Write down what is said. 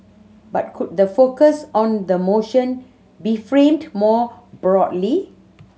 but could the focus on the motion be framed more broadly